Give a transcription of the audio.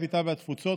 הקליטה והתפוצות,